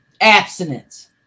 abstinence